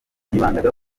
yibanda